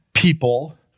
people